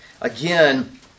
again